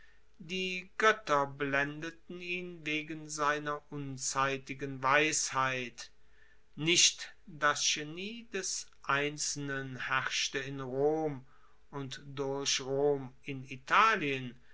die goetter blendeten ihn wegen seiner unzeitigen weisheit nicht das genie des einzelnen herrschte in rom und durch rom in italien